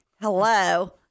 Hello